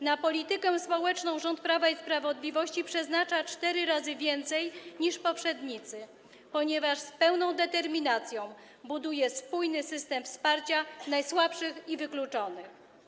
Na politykę społeczną rząd Prawa i Sprawiedliwości przeznacza cztery razy więcej niż poprzednicy, ponieważ z pełną determinacją buduje spójny system wsparcia dla najsłabszych i wykluczonych.